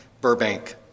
Burbank